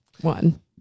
one